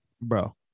bro